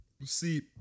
See